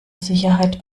sicherheit